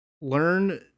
learn